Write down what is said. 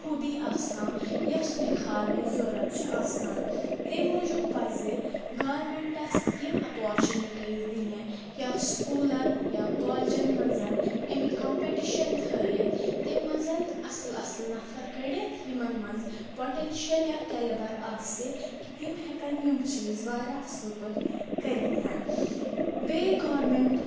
خوٗبی آسان یۄس نِکھار نِچھ ضوٚرَتھ چھِ آسان تٔمۍ موجوٗب پَزِ گارمِنٹَس یِم اپارچُنَٹیِز دِنہِ یا سکوٗلَن یا کالجَن منٛز امِکۍ کَمپِٹیشَن تھایِتھ تٔمۍ منٛز اصٕل اصٕل نَفر کٔڑِتھ یِمَن منٛز پۄٹینشَل یا کٮ۪لبَر آسہِ کہِ تِم ہٮ۪کَن یِم چیٖز واریاہ اصٕل پٲٹھۍ کٔرِتھ بیٚیہِ گوٚرمنٹ